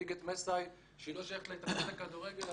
ליגת מסאי שלא שייכת להתאחדות הכדורגל.